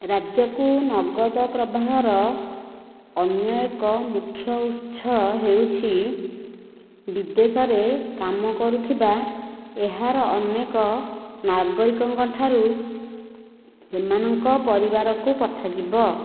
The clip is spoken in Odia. ରାଜ୍ୟକୁ ନଗଦ ପ୍ରବାହର ଅନ୍ୟ ଏକ ମୁଖ୍ୟ ଉତ୍ସ ହେଉଛି ବିଦେଶରେ କାମ କରୁଥିବା ଏହାର ଅନେକ ନାଗରିକଙ୍କଠାରୁ ସେମାନଙ୍କ ପରିବାରକୁ ପଠାଯିବ